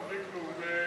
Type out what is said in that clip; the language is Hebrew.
כמובן,